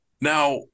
Now